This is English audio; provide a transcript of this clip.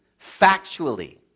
Factually